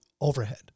overhead